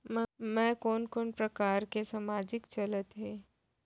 मैं कोन कोन प्रकार के सामाजिक चलत हे?